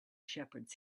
shepherds